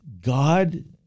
God